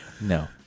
No